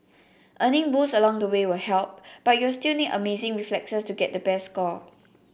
earning boosts along the way will help but you'll still need amazing reflexes to get the best score